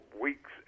weeks